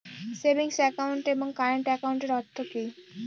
Savings account এবং current একাউন্টের অর্থ কি?